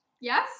Yes